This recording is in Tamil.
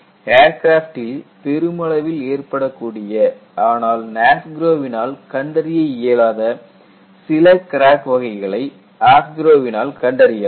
ஏர்கிராஃப்ட்டில் பெருமளவில் ஏற்படக்கூடிய ஆனால் NASGRO வினால் கண்டறிய இயலாத சில கிராக் வகைகளை AFGROW வினால் கண்டறியலாம்